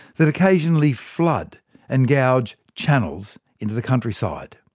that occasionally flood and gouge channels into the countryside.